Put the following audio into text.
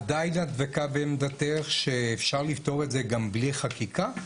עדיין את דבקה בעמדתך שאפשר לפתור את זה גם בלי חקיקה?